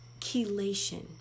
Chelation